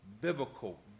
biblical